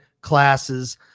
classes